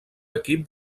equip